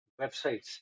websites